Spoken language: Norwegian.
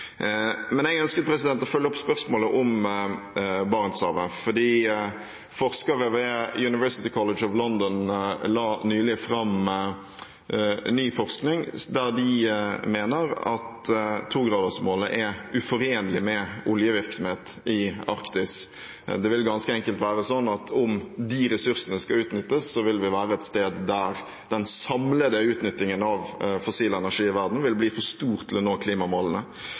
Men jeg ønsker å følge opp spørsmålet om Barentshavet. Forskere ved University College London la nylig fram ny forskning, og de mener at togradersmålet er uforenlig med oljevirksomhet i Arktis. Det vil ganske enkelt være slik at om de ressursene skal utnyttes, vil vi være et sted der den samlede utnyttingen av fossil energi i verden vil bli for stor til å nå klimamålene.